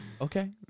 Okay